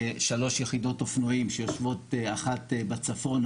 של שלוש יחידות אופנועים שיושבות אחת בצפון,